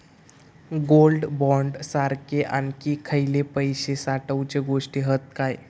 Gold bond सारखे आणखी खयले पैशे साठवूचे गोष्टी हत काय?